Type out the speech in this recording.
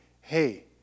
Hey